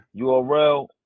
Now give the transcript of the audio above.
URL